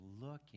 looking